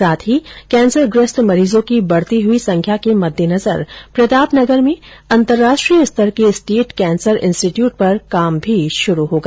साथ ही कैंसरग्रस्त मरीजों की बढती हुई संख्या के मददेनजर प्रतापनगर में अंतरराष्ट्रीय स्तर के स्टेट कैंसर इंस्टीट्यूट पर कार्य भी शुरू होगा